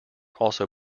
also